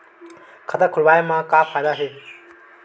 खाता खोलवाए मा का फायदा हे